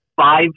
five